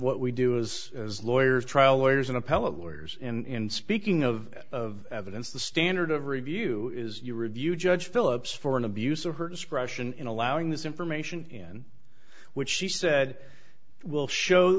what we do as as lawyers trial lawyers and appellate lawyers in speaking of of evidence the standard of review is your review judge phillips for an abuse of her discretion in allowing this information in which she said will show